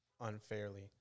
unfairly